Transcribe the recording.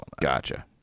Gotcha